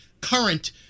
current